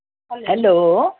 hello